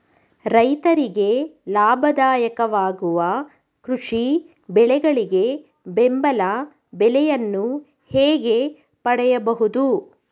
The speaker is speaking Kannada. ರೈತರಿಗೆ ಲಾಭದಾಯಕ ವಾಗುವ ಕೃಷಿ ಬೆಳೆಗಳಿಗೆ ಬೆಂಬಲ ಬೆಲೆಯನ್ನು ಹೇಗೆ ಪಡೆಯಬಹುದು?